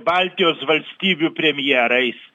baltijos valstybių premjerais